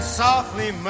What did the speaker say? softly